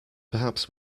perhaps